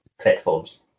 platforms